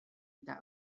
eta